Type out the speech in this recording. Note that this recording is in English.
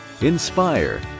inspire